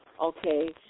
Okay